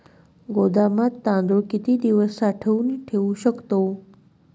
गोदामात तांदूळ किती दिवस साठवून ठेवू शकतो?